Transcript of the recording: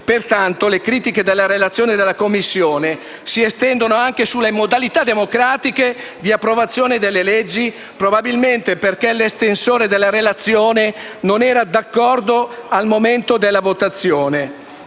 Pertanto, le critiche della relazione della Commissione si estendono anche alle modalità democratiche di approvazione delle leggi, probabilmente perché l'estensore della relazione non era d'accordo al momento della votazione.